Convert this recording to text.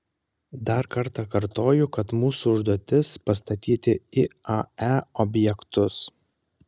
dar kartą kartoju kad mūsų užduotis pastatyti iae objektus